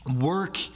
work